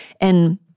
And-